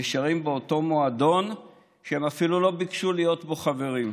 נשארים באותו מועדון שהם אפילו לא ביקשו להיות בו חברים.